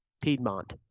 Piedmont